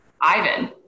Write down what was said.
Ivan